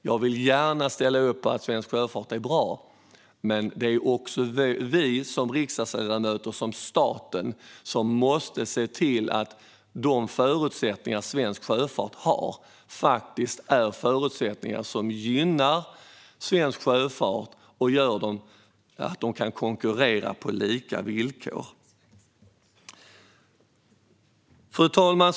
Jag ställer gärna upp på att svensk sjöfart är bra, men det är vi som riksdagsledamöter, staten, som måste se till att svensk sjöfart gynnas och får förutsättningar att konkurrera på lika villkor. Fru talman!